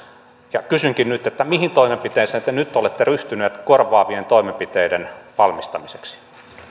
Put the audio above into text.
ja kysynkin mihin toimenpiteisiin te nyt olette ryhtynyt korvaavien toimenpiteiden valmistamiseksi